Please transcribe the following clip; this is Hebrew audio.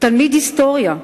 תלמיד היסטוריה,